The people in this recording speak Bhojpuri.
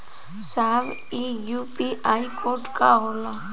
साहब इ यू.पी.आई कोड का होला?